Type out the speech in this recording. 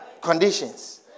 Conditions